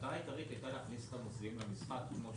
המטרה העיקרית היתה להכניס את המוסדיים למשחק,